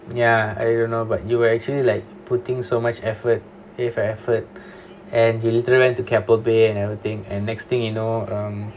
ya and you know but you were actually like putting so much effort paid the effort and you literally went to keppel bay and everything and next thing you know um